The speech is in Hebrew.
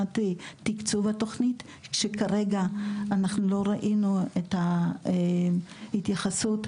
גם של הנציגים שרוצים להתקדם,